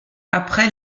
après